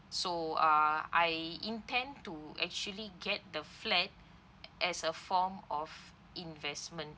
so uh I intend to actually get the flat as a form of investment